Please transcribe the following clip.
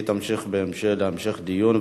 בעד, 9, אין מתנגדים.